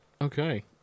Okay